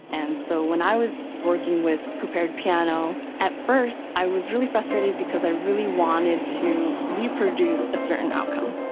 and so, when i was working with prepared piano, at first, i was really frustrated because i really wanted to reproduce a certain outcome